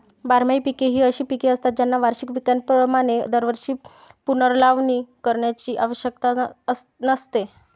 बारमाही पिके ही अशी पिके असतात ज्यांना वार्षिक पिकांप्रमाणे दरवर्षी पुनर्लावणी करण्याची आवश्यकता नसते